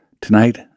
Tonight